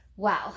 Wow